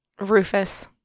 Rufus